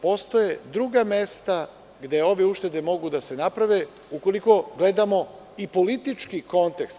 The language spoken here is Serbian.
Postoje druga mesta gde ove uštede mogu da se naprave, ukoliko gledamo i politički kontekst.